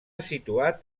situat